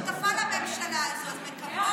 שאני יודעת שמאזין עכשיו לדברים האלו,